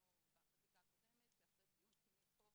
רשאי לקבוע פרטים שיש לכלול ברשומה כאמור".